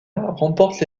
remporte